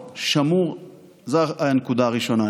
זו הנקודה הראשונה.